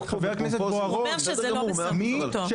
הוא ישב בחדר.